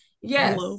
Yes